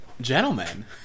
gentlemen